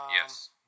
Yes